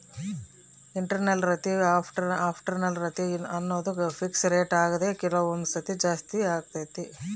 internal rate of return ಅನ್ನೋದು fix rate ಆಗ್ದೆ ಇದು ಕೆಲವೊಂದು ಸತಿ ಜಾಸ್ತಿ ಮತ್ತೆ ಕಮ್ಮಿಆಗ್ತೈತೆ